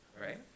right